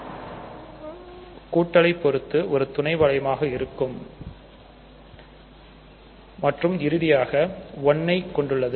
S கூட்டலை பொறுத்து மூடிய பண்புடையது ஆனால் மேலும் இது R ன் கூட்டலை பொறுத்து ஒரு துணை குலமாக இருக்கும் உள்ளது மற்றும் இறுதியாக இது 1 ஐ கொண்டுள்ளது